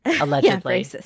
allegedly